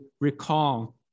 recall